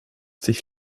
dich